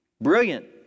brilliant